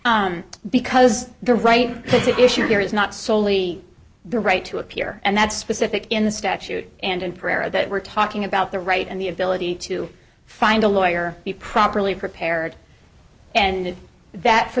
because the right to issue here is not solely the right to appear and that's specific in the statute and in prayer that we're talking about the right and the ability to find a lawyer be properly prepared and that for